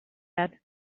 said